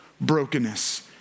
brokenness